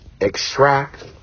extract